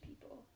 people